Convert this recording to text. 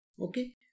Okay